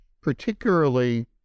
particularly